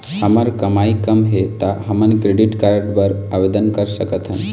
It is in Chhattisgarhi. हमर कमाई कम हे ता हमन क्रेडिट कारड बर आवेदन कर सकथन?